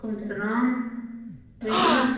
کُم سَلام ؤنِو حظ